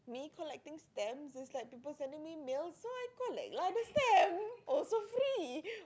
me collecting stamp is like people sending me mails so I collect lah the stamp also free